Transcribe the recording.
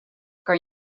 kan